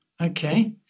Okay